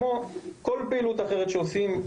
כמו לכל פעילות אחרת שעושים.